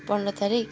पन्ध्र तारिख